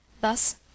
THUS